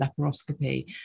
laparoscopy